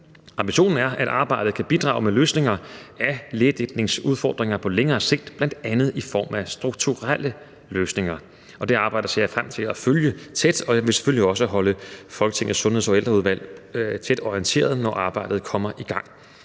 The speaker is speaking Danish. Ambitionen er, at arbejdet kan bidrage med løsninger af lægedækningsudfordringer på længere sigt, bl.a. i form af strukturelle løsninger. Det arbejde ser jeg frem til at følge tæt, og jeg vil selvfølgelig også holde Folketingets Sundheds- og Ældreudvalg tæt orienteret, når arbejdet kommer i gang.